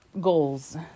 goals